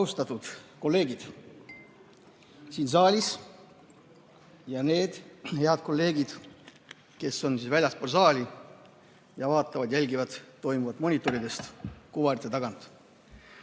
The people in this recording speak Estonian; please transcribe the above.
Austatud kolleegid siin saalis ja need head kolleegid, kes on väljaspool saali ja vaatavad-jälgivad toimuvat monitoride, kuvarite ees!